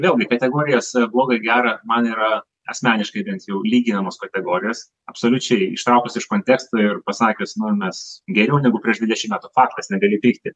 vėlgi kategorijos bloga gera man yra asmeniškai bent jau lyginamos kategorijos absoliučiai ištraukus iš konteksto ir pasakius nu mes geriau negu prieš dvidešimt metų faktas negali pykti